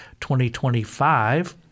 2025